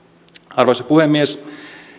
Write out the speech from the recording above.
arvoisa puhemies